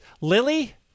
Lily